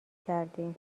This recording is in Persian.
کردیم